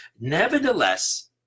Nevertheless